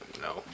no